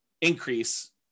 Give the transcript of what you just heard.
increase